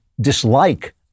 dislike